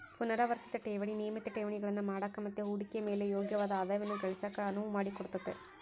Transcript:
ಪುನರಾವರ್ತಿತ ಠೇವಣಿ ನಿಯಮಿತ ಠೇವಣಿಗಳನ್ನು ಮಾಡಕ ಮತ್ತೆ ಹೂಡಿಕೆಯ ಮೇಲೆ ಯೋಗ್ಯವಾದ ಆದಾಯವನ್ನ ಗಳಿಸಕ ಅನುವು ಮಾಡಿಕೊಡುತ್ತೆ